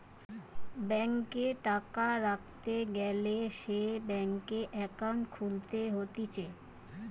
ব্যাংকে টাকা রাখতে গ্যালে সে ব্যাংকে একাউন্ট খুলতে হতিছে